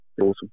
awesome